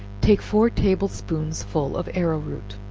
take four table spoonsful of arrow root,